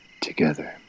together